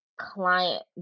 client